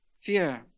Fear